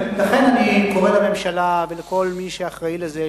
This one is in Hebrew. לכן אני קורא לממשלה ולכל מי שאחראי לזה,